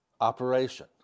operation